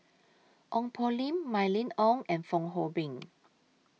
Ong Poh Lim Mylene Ong and Fong Hoe Beng